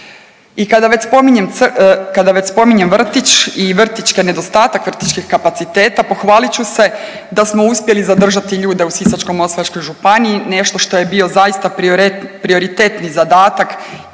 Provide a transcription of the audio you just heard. kada već spominjem vrtić i vrtićke, nedostatak vrtićkih kapaciteta pohvalit ću se da smo uspjeli zadržati ljude u Sisačko-moslavačkoj županiji, nešto što je zaista bio prioritetni zadatak